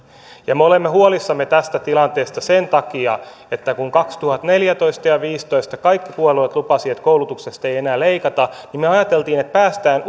me olemme huolissamme tästä tilanteesta sen takia että kun kaksituhattaneljätoista ja kaksituhattaviisitoista kaikki puolueet lupasivat että koulutuksesta ei enää leikata niin me ajattelimme että päästään